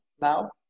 now